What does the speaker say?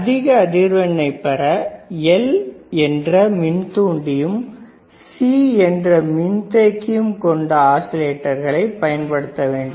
அதிக அதிர்வெண்ணை பெற L என்ற மின் தூண்டிகளையும் C என்ற மின்தேக்கிகளையும் கொண்ட ஆஸிலேட்டர்களைப் பயன்படுத்த வேண்டும்